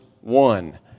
one